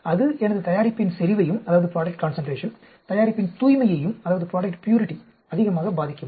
அது எனது தயாரிப்பின் செறிவையும் தயாரிப்பின் தூய்மையையும் அதிகமாக பாதிக்குமா